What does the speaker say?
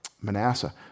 Manasseh